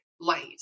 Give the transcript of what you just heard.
light